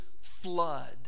Flood